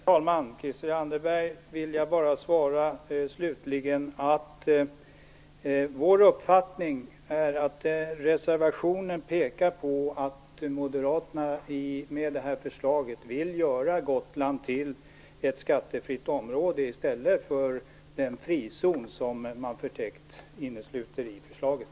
Herr talman! Christel Anderberg vill jag slutligen bara svara att vår uppfattning är att reservationen pekar på att moderaterna med det här förslaget vill göra Gotland till ett skattefritt område i stället för den frizon som man förtäckt innesluter i förslaget.